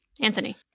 Anthony